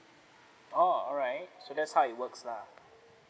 oh alright so that's how it works lah